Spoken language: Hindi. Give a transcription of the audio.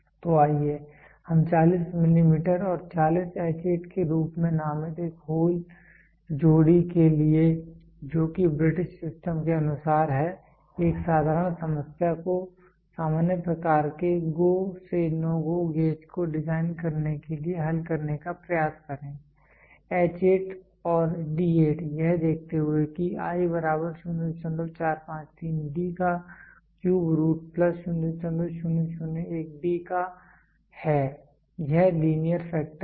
तो आइए हम 40 मिलीमीटर और 40 H8 के रूप में नामित एक होल जोड़ी के लिए जोकि ब्रिटिश सिस्टम के अनुसार है 1 साधारण समस्या को सामान्य प्रकार के GO से NO GO गेज को डिज़ाइन करने के लिए हल करने का प्रयास करें H8 और d9 यह देखते हुए कि i बराबर 0453 D का क्यूब रूट प्लस 0001 D का है यह लीनियर फैक्टर है